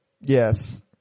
Yes